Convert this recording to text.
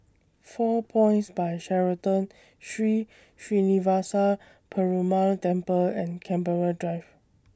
four Points By Sheraton Sri Srinivasa Perumal Temple and Canberra Drive